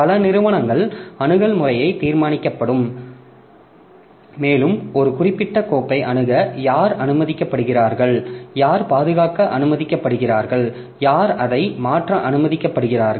பல நிறுவனங்கள் அணுகல் முறையை தீர்மானிக்கப்படும் மேலும் ஒரு குறிப்பிட்ட கோப்பை அணுக யார் அனுமதிக்கப்படுகிறார்கள் யார் பாதுகாக்க அனுமதிக்கப்படுகிறார்கள் யார் அதை மாற்ற அனுமதிக்கப்படுகிறார்கள்